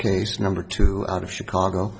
case number two out of chicago